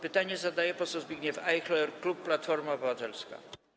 Pytanie zadaje poseł Zbigniew Ajchler, klub Platforma Obywatelska.